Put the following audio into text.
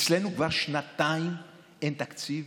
אצלנו כבר שנתיים אין תקציב,